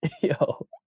yo